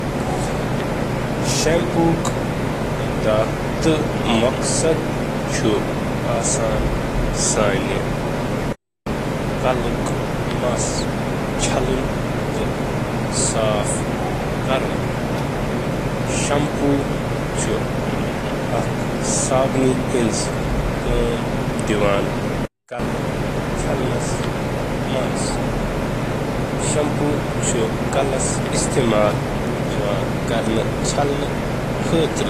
Shampoo کَمہِ مقصدٕچ کٲم چھِ کران؟ شیمپوُک مقصد چھُ مَس صاف کرنہٕ خٲطرٕ استعمال یِوان کرنہٕ تہٕ چھُ صابن بدلہٕ تہِ استعمال یِوان کرنہٕ۔